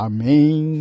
Amen